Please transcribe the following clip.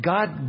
God